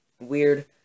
weird